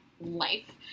life